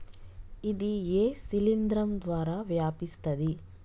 ఇది ఏ శిలింద్రం ద్వారా వ్యాపిస్తది?